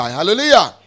Hallelujah